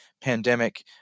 pandemic